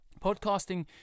Podcasting